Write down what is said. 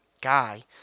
guy